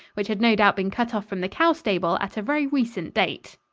which had no doubt been cut off from the cow-stable at a very recent date.